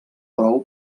prou